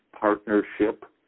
partnership